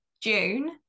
June